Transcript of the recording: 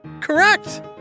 Correct